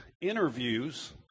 interviews